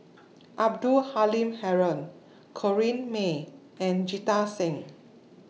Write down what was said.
Abdul Halim Haron Corrinne May and Jita Singh